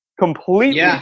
completely